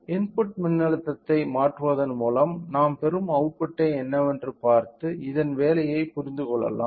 input மின்னழுத்தத்தை மாற்றுவதன் மூலம் நாம் பெறும் அவுட்புட்டை என்னவென்று பார்த்து இதன் வேலையைப் புரிந்துகொள்வோம்